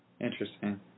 Interesting